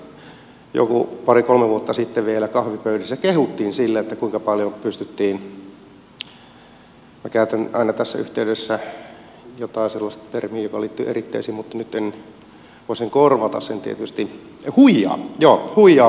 minä olen kuullut että kreikassa joku pari kolme vuotta sitten vielä kahvipöydissä kehuttiin sillä kuinka paljon pystyttiin käytän aina tässä yhteydessä jotain sellaista termiä joka liittyy eritteisiin mutta nyt voisin korvata sen tietysti huijaamaan verottajaa